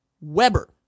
Weber